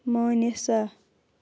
مٲنِسا